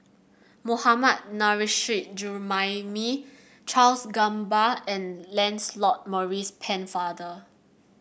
Mohammad Nurrasyid Juraimi Charles Gamba and Lancelot Maurice Pennefather